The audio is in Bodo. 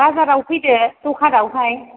बाजाराव फैदो दखानावहाय